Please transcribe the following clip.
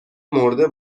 مرده